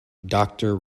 doctor